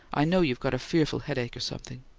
i know you've got a fearful headache, or something.